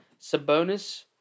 Sabonis